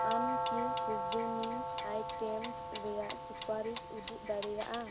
ᱟᱢᱠᱤ seasoning items ᱨᱮᱭᱟᱜ ᱥᱩᱯᱟᱨᱤᱥ ᱩᱫᱩᱜ ᱫᱟᱲᱤᱭᱟᱜᱼᱟ